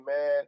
man